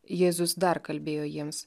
jėzus dar kalbėjo jiems